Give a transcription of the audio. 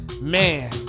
Man